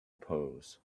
pose